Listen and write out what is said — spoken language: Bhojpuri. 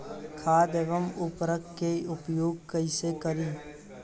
खाद व उर्वरक के उपयोग कइसे करी?